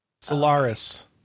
Solaris